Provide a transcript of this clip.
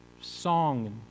Song